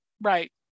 right